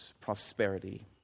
prosperity